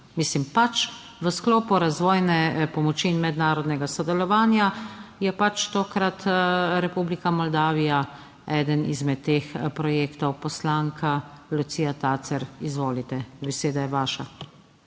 Mislim, pač v sklopu razvojne pomoči in mednarodnega sodelovanja je pač tokrat Republika Moldavija eden izmed teh projektov. Poslanka Lucija Tacer, izvolite, beseda je vaša.